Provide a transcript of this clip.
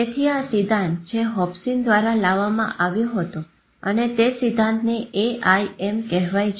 તેથી આ સિદ્ધાંત જે હોપ્સીન દ્વારા લાવામાં આવ્યો હતો અને તે સિદ્ધાંતને AIM કહેવાય છે